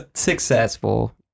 successful